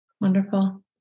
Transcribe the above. Wonderful